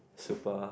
super